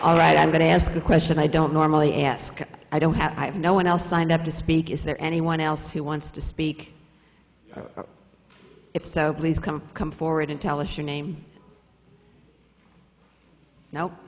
all right i'm going to ask a question i don't normally ask i don't have i have no one else signed up to speak is there anyone else who wants to speak if so please come come forward and tell us your name no